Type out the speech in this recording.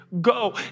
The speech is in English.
go